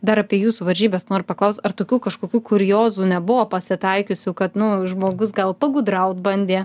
dar apie jūsų varžybas noriu paklaust ar tokių kažkokių kuriozų nebuvo pasitaikiusių kad nu žmogus gal pagudraut bandė